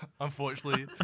Unfortunately